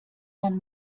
man